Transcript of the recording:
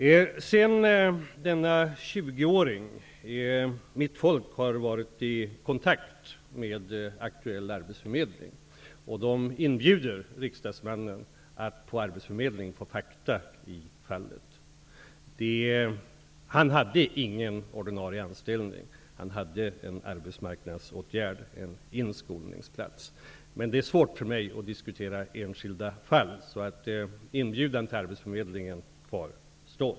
När det gäller den 20-åring som Martin Nilsson nämnde har mina tjänstemän varit i kontakt med aktuell arbetsförmedling. Den inbjuder riksdagsmannen att på arbetsförmedlingen få fakta i fallet. 20-åringen hade ingen ordinarie anställning. Han hade en inskolningsplats. Det var en arbetsmarknadsåtgärd. Men det är svårt för mig att diskutera enskilda fall. Inbjudan till arbetsförmedlingen kvarstår.